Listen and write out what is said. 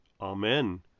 Amen